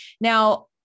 Now